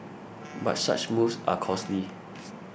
but such moves are costly